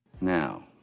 now